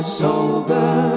sober